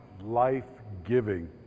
life-giving